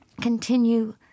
continue